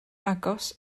agos